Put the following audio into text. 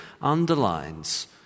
underlines